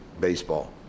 baseball